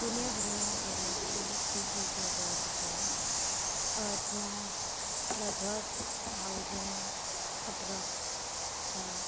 दुनियाँभरिमा varieties species of बर्डको अर्थमा लगभग थाउजन्ड एप्रोक्स छ